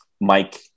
Mike